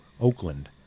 oakland